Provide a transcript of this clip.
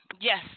Yes